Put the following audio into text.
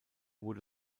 wurde